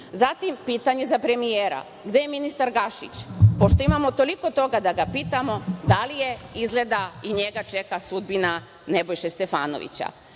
ništa. Zatim, pitanje za premijera, gde je ministar Gašić? Pošto imamo toliko toga da ga pitamo, da li izgleda i njega čeka sudbina Nebojše Stefanovića? Zatim,